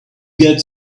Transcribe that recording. get